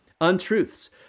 untruths